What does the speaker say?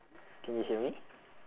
can you hear me